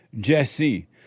Jesse